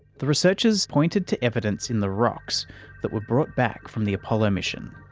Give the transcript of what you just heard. the researchers pointed to evidence in the rocks that were brought back from the apollo mission.